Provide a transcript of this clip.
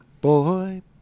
Boy